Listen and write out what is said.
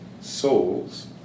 souls